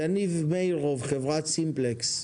יניב מאירוב, חברת סימפלקס.